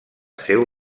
seu